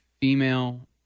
female